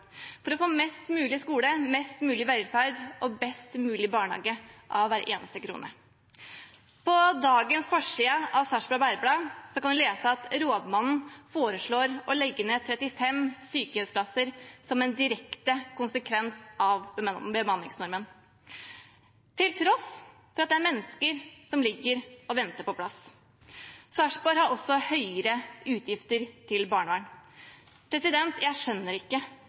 for å få mest mulig skole, mest mulig velferd og best mulig barnehage av hver eneste krone. På dagens forside av Sarpsborg Arbeiderblad kan man lese at rådmannen foreslår å legge ned 35 sykehjemsplasser som en direkte konsekvens av bemanningsnormen, til tross for at det er mennesker som ligger og venter på plass. Sarpsborg har også høyere utgifter til barnevern. Jeg skjønner det ikke